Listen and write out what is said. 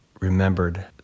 remembered